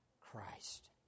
Christ